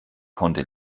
konnte